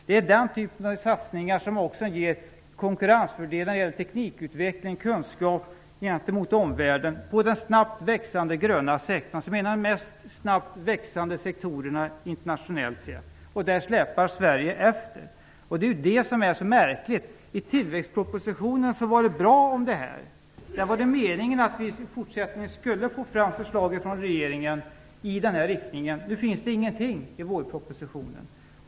Det är också den typen av satsningar som ger konkurrensfördelar när det gäller teknikutveckling och kunskap gentemot omvärlden inom den snabbt växande gröna sektorn, en av de snabbast växande sektorerna internationellt sett. Där släpar Sverige efter! Det är det som är så märkligt. Tillväxtpropositionen var bra på det här området. Där stod att det var meningen att vi i fortsättningen skulle få förslag från regeringen i den här riktningen. Nu finns det ingenting i vårpropositionen.